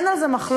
אין על זה מחלוקת,